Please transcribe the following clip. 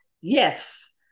Yes